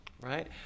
Right